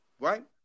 right